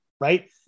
right